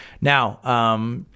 Now